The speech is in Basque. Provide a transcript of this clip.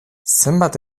zenbat